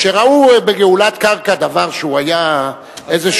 כשראו בגאולת קרקע דבר שהוא היה איזה,